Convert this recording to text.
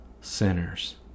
sinners